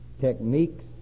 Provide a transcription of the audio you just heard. techniques